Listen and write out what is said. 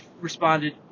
responded